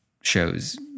shows